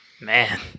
Man